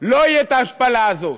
לא תהיה ההשפלה הזאת.